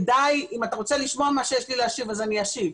אם אתה רוצה לשמוע מה שיש לי להשיב אז אני אשיב.